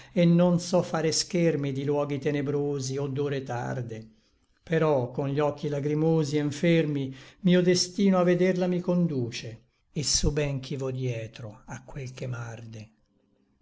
et non so fare schermi di luoghi tenebrosi o d ore tarde però con gli occhi lagrimosi e nfermi mio destino a vederla mi conduce et so ben ch'i vo dietro a quel che m'arde